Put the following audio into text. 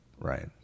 Right